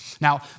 Now